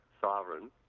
sovereign